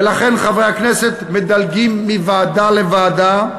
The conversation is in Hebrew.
ולכן חברי הכנסת מדלגים מוועדה לוועדה.